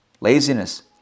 laziness